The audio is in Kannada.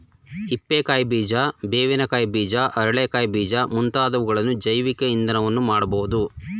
ಹಿಪ್ಪೆ ಕಾಯಿ ಬೀಜ, ಬೇವಿನ ಕಾಯಿ ಬೀಜ, ಅರಳೆ ಕಾಯಿ ಬೀಜ ಮುಂತಾದವುಗಳಿಂದ ಜೈವಿಕ ಇಂಧನವನ್ನು ಮಾಡಬೋದು